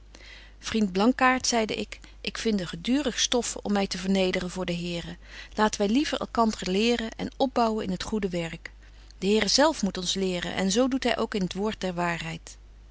vriend blankaart zeide ik ik vinde gedurig stoffe om my te vernederen voor den here laten wy liever elkander leren en opbouwen in het goede werk de here zelf moet ons leren en zo doet hy ook in het woord der waarheid